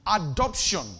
adoption